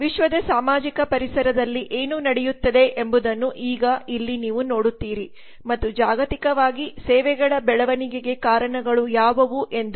ವಿಶ್ವದ ಸಾಮಾಜಿಕ ಪರಿಸರದಲ್ಲಿ ಏನು ನಡೆಯುತ್ತಿದೆ ಎಂಬುದನ್ನು ಈಗ ಇಲ್ಲಿ ನೀವು ನೋಡುತ್ತೀರಿ ಮತ್ತು ಜಾಗತಿಕವಾಗಿ ಸೇವೆಗಳ ಬೆಳವಣಿಗೆಗೆ ಕಾರಣಗಳು ಯಾವುವು ಎಂದು